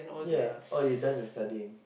ya oh you done with studying